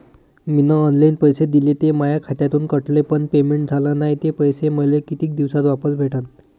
मीन online पैसे दिले, ते माया खात्यातून कटले, पण पेमेंट झाल नायं, ते पैसे मले कितीक दिवसात वापस भेटन?